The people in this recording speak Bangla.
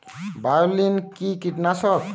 বায়োলিন কি কীটনাশক?